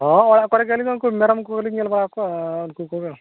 ᱦᱳᱭ ᱚᱲᱟᱜ ᱠᱚᱨᱮ ᱜᱮ ᱟᱹᱞᱤᱧ ᱫᱚ ᱩᱱᱠᱩ ᱢᱮᱨᱚᱢ ᱠᱚᱞᱤᱧ ᱧᱮᱞ ᱵᱟᱲᱟ ᱠᱚᱣᱟ ᱩᱱᱠᱩ ᱠᱚᱜᱮ